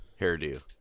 hairdo